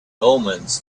omens